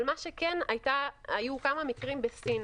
מה שכן, היו כמה מקרים בסין.